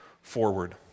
forward